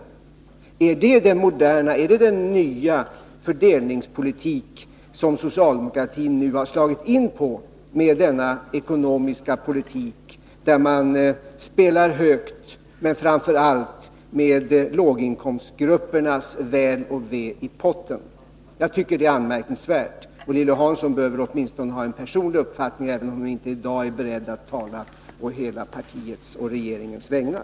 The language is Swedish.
Är det den nya fördelningspolitiska väg som socialdemokratin har slagit in på? Det är en ekonomisk politik där man spelar högt och framför allt med låginkomstgruppernas väl och ve i potten. Jag tycker det är anmärkningsvärt. Lilly Hansson bör väl åtminstone ha en personlig uppfattning, även om hon i dag inte är beredd att tala å hela partiets och regeringens vägnar.